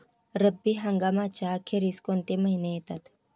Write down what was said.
रब्बी हंगामाच्या अखेरीस कोणते महिने येतात?